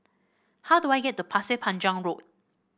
how do I get to Pasir Panjang Road